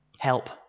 Help